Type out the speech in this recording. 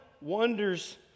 wonders